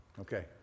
okay